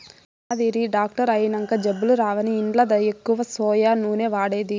మా మరిది డాక్టర్ అయినంక జబ్బులు రావని ఇంట్ల ఎక్కువ సోయా నూనె వాడేది